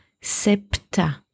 Septa